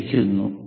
ലഭിക്കുന്നു